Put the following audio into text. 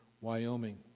Wyoming